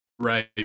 Right